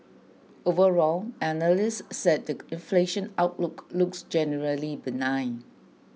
overall analysts said the inflation outlook looks generally benign